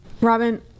robin